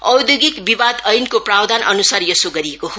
औद्योगिक विवाद एनको प्रावधानअनुसार यसो गरिएको हो